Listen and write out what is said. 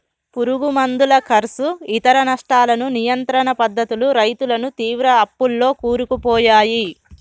పురుగు మందుల కర్సు ఇతర నష్టాలను నియంత్రణ పద్ధతులు రైతులను తీవ్ర అప్పుల్లో కూరుకుపోయాయి